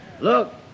Look